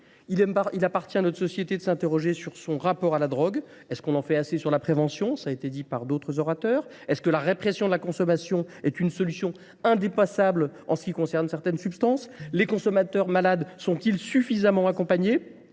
Il appartient à notre société de s'interroger sur son rapport à la drogue. Est-ce qu'on en fait assez sur la prévention ? Ça a été dit par d'autres orateurs. Est-ce que la répression de la consommation est une solution indépassable en ce qui concerne certaines substances ? Les consommateurs malades sont-ils suffisamment accompagnés ?